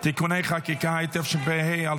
(תיקוני חקיקה), התשפ"ה 2025